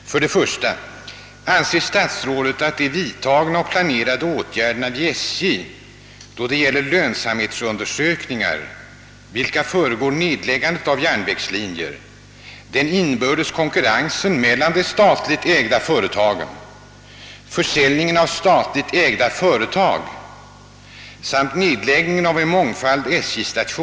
Herr talman! Frågan om upprättandet av normala statliga förbindelser mellan Sverige och Demokratiska folkrepubliken Korea, Demokratiska republiken Vietnam samt Tyska demokratiska republiken har i olika sammanhang ställts såväl i den offentliga debatten som i riksdagen. En rad skäl har anförts för upprättandet av diplomatiska förbindelser med dessa stater. Dessa skäl skall här icke upprepas. Jag vill endast erinra om att det i samtliga tre fall handlar om sedan flera år etablerade stater. Det är sålunda synnerligen anmärkningsvärt att vårt land icke har normala relationer till de nämnda staterna.